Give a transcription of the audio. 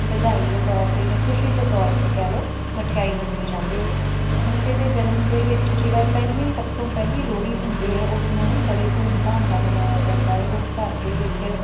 ਵਧਾਈ ਦੇ ਤੌਰ 'ਤੇ ਜਾਂ ਖੁਸ਼ੀ ਦੇ ਤੌਰ 'ਤੇ ਕਹਿ ਲਓ ਮਠਿਆਈ ਵੰਡੀ ਜਾਂਦੀ ਹੈ ਬੱਚੇ ਦੇ ਜਨਮ ਦੇ ਵਿੱਚ ਜਿਹੜਾ ਪਹਿਲੀ ਸਭ ਤੋਂ ਪਹਿਲੀ ਲੋਹੜੀ ਹੁੰਦੀ ਹੈ ਉਸਨੂੰ ਵੀ ਬੜੇ ਧੂਮ ਧਾਮ ਨਾਲ ਮਨਾਇਆ ਜਾਂਦਾ ਹੈ ਉਸ ਘਰ ਦੇ ਵਿੱਚ